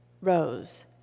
rose